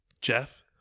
Jeff